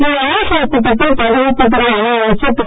இந்த ஆலோசனைக் கூட்டத்தில் பாதுகாப்புத் துறை இணை அமைச்சர் திரு